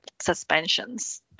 suspensions